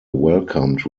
welcomed